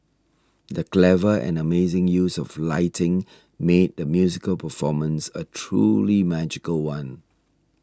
the clever and amazing use of lighting made the musical performance a truly magical one